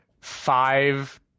five